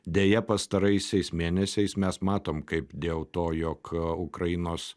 deja pastaraisiais mėnesiais mes matom kaip dėl to jog ukrainos